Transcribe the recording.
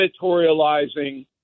editorializing